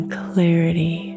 clarity